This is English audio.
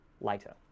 later